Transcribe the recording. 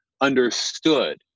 understood